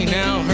now